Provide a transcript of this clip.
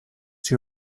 two